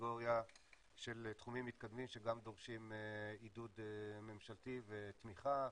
לקטגוריה של תחומים מתקדמים שגם דורשים עידוד ממשלתי ותמיכה.